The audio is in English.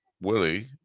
Willie